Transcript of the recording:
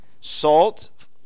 Salt